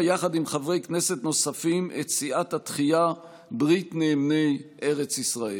יחד עם חברי כנסת נוספים את סיעת התחיה-ברית נאמני ארץ ישראל.